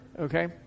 okay